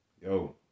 Yo